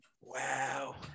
wow